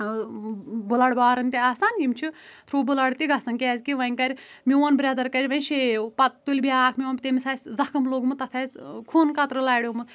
blood بارَن تہِ آسان یِم چھِ تُھروٗ بٕلَڈ تہِ گَژھان کیازکہِ وۄنۍ کَرِ میون برٛدَر کَرِ وۄنۍ شیو پتہٕ تُلہِ بیاکھ میون تٔمِس آسہِ زَخٕم لوگمُت تَتھ آسہِ خوٗن قطرٕ لاریومُت